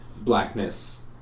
blackness